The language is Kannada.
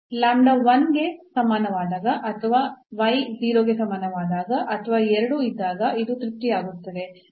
1 ಕ್ಕೆ ಸಮಾನವಾದಾಗ ಅಥವಾ ಈ 0 ಕ್ಕೆ ಸಮಾನವಾದಾಗ ಅಥವಾ ಎರಡೂ ಇದ್ದಾಗ ಇದು ತೃಪ್ತಿಯಾಗುತ್ತದೆ